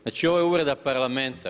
Znači ovo je uvreda Parlamenta.